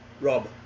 rob